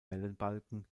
wellenbalken